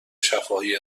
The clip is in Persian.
شفاهی